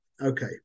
Okay